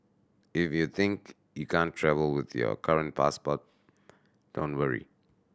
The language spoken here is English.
if you think you can't travel with your current passport don't worry